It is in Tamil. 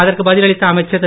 அதற்கு பதிலளித்த அமைச்சர் திரு